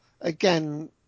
again